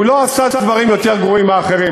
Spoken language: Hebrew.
הוא לא עשה דברים יותר גרועים מאחרים,